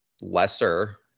lesser